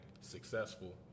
successful